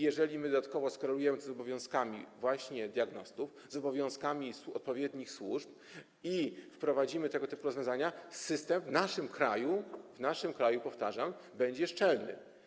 Jeżeli dodatkowo skorelujemy to właśnie z obowiązkami diagnostów, z obowiązkami odpowiednich służb i wprowadzimy tego typu rozwiązania, system w naszym kraju - w naszym kraju, powtarzam - będzie szczelny.